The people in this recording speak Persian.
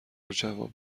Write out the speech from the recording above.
جواب